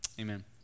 amen